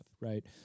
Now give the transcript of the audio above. right